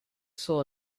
saw